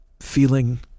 feeling